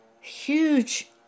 huge